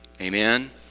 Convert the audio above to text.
amen